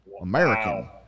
American